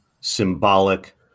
symbolic